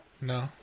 No